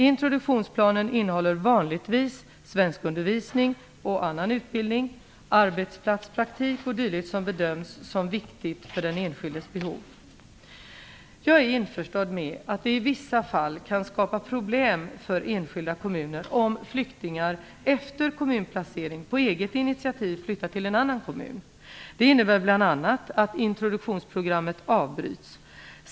Introduktionsplanen innehåller vanligtvis svenskundervisning och annan utbildning, arbetsplatspraktik o.d. som bedöms som viktigt för den enskildes behov. Jag är införstådd med att det i vissa fall kan skapa problem för enskilda kommuner om flyktingar efter kommunplacering på eget initiativ flyttar till en annan kommun. Det innebär bl.a. att introduktionsprogrammet avbryts.